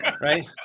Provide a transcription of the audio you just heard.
Right